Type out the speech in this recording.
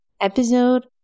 episode